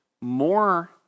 more